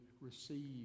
receive